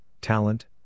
talent